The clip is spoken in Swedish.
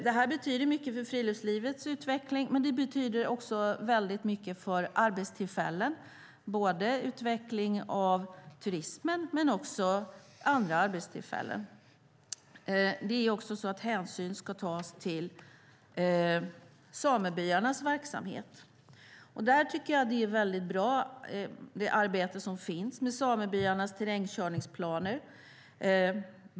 Det betyder mycket för utvecklingen av friluftslivet men också för utvecklingen av arbetstillfällen, både inom turismen och inom andra områden. Det är också så att hänsyn ska tas till samebyarnas verksamhet. Jag tycker att det arbete som finns med samebyarnas terrängkörningsplaner är väldigt bra.